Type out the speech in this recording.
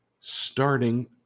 starting